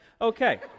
Okay